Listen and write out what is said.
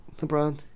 LeBron